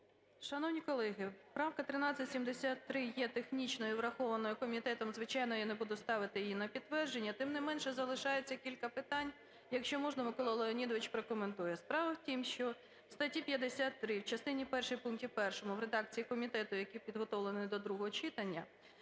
Шановні колеги, правка 1373 є технічною, врахованою комітетом, звичайно, я не буду ставити її на підтвердження. Тим не менше залишається кілька питань, якщо можна, Микола Леонідович прокоментує. Справа в тім, що у статті 53, в частині першій, у пункті 1 в редакції комітету, який підготовлений до другого читання,